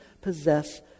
possess